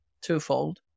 twofold